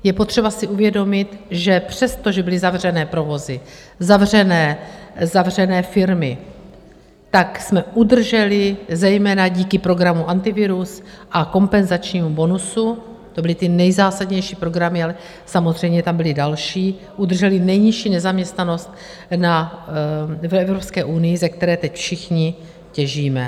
Je potřeba si uvědomit, že přestože byly zavřené provozy, zavřené firmy, tak jsme udrželi zejména díky programu Antivirus a kompenzačnímu bonusu, to byly ty nejzásadnější programy, ale samozřejmě tam byly i další, udrželi nejnižší nezaměstnanost v Evropské unii, ze které teď všichni těžíme.